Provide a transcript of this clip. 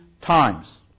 times